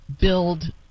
build